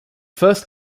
first